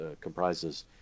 comprises